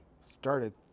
started